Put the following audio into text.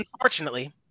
unfortunately